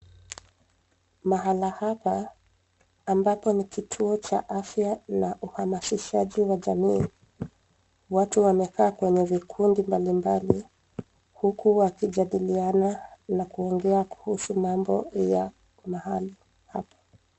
Mahala hapa ambako ni kituo cha afya na uhamasishaji wa jamii. Watu wamekaa kwenye vikundi mbalimbali huku wakijadiliana na kuongea kuhusu mambo ya mahali hapa.